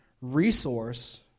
Resource